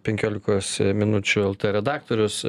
penkiolikos minučių lt redaktorius